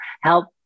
help